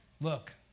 Look